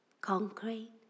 concrete